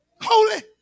Holy